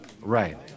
Right